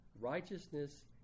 Righteousness